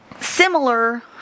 similar